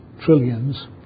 Trillions